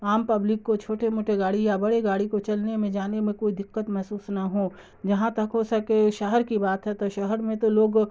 عام پبلک کو چھوٹے موٹے گاڑی یا بڑے گاڑی کو چلنے میں جانے میں کوئی دقت محسوس نہ ہو جہاں تک ہو سکے شہر کی بات ہے تو شہر میں تو لوگ